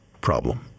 problem